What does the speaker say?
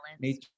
nature